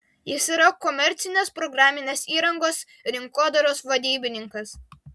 jis yra komercinės programinės įrangos rinkodaros vadybininkas